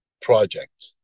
project